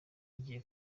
igiye